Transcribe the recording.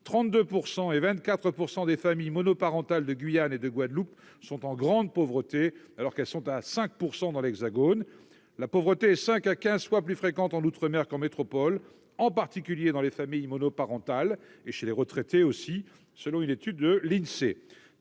32 % et 24 % des familles monoparentales de Guyane et de Guadeloupe sont en situation de grande pauvreté, contre 5 % dans l'Hexagone ; la pauvreté est cinq à quinze fois plus fréquente en outre-mer qu'en métropole, en particulier dans les familles monoparentales et chez les retraités, selon une étude de l'Insee.